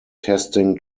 testing